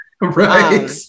Right